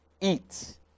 eat